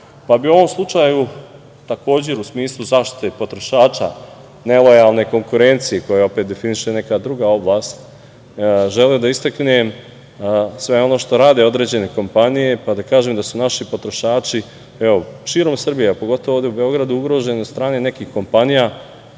bih u ovom slučaju, takođe u smislu zaštite potrošača, nelojalne konkurencije, koju opet definiše neka druga oblast, želeo da istaknem sve ono što rade određene kompanije, pa da kažem da su naši potrošači širom Srbije, a pogotovo ovde u Beogradu ugroženi od strane nekih kompanija,